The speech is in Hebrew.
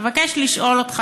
אבקש לשאול אותך,